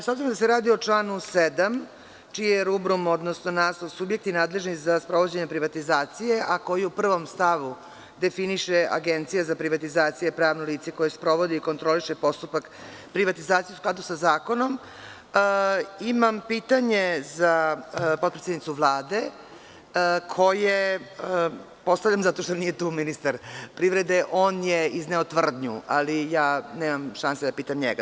S obzirom da se radi o članu 7, čiji je naslov „Subjekti nadležni za sprovođenje privatizacije“, a koji u prvom stavu definiše – Agencija za privatizaciju je pravno lice koje sprovodi i kontroliše postupak privatizacije u skladu sa zakonom, imam pitanje za podpredsednicu Vlade, koje postavljam zato što nije tu ministar privrede, on je izneo tvrdnju, ali nemam šanse da pitam njega.